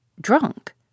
Drunk